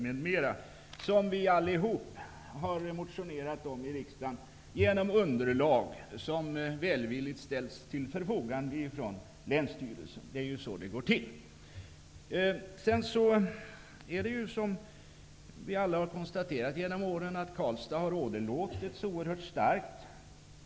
Vi har allihop motionerat om detta i riksdagen, genom underlag som välvilligt ställts till förfogande från länsstyrelsen. Det är ju så det går till. Karlstad har, som vi alla har konstaterat genom åren, åderlåtits oerhört starkt.